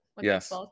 yes